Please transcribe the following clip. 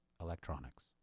Electronics